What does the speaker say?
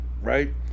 right